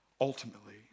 ultimately